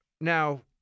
now